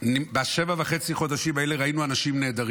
בשבעה וחצי החודשים האלה ראינו אנשים נהדרים,